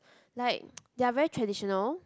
like they're very traditional